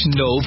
no